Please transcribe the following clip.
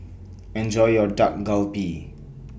Enjoy your Dak Galbi